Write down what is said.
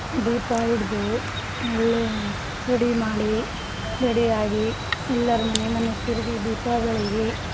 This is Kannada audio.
ದೀಪ ಹಿಡ್ದು ಒಳ್ಳೇ ರೆಡಿ ಮಾಡಿ ರೆಡಿಯಾಗಿ ಎಲ್ಲರ ಮನೆ ಮನೆ ತಿರುಗಿ ದೀಪ ಬೆಳಗಿ